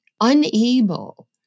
unable